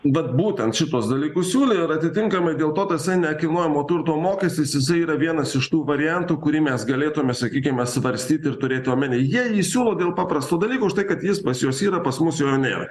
bet būtent šituos dalykus siūlė ir atitinkamai dėl to tasai nekilnojamo turto mokestis jisai yra vienas iš tų variantų kurį mes galėtume sakykime svarstyt ir turėti omeny jie jį siūlo dėl paprasto dalyko užtai kad jis pas juos yra pas mu jo nėra